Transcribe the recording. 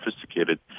sophisticated